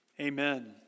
Amen